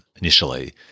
initially